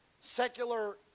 secular